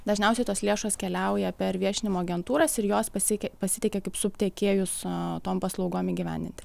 dažniausiai tos lėšos keliauja per viešinimo agentūras ir jos pasiekia pasitiki kaip subtiekėjus tom paslaugom įgyvendinti